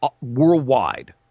worldwide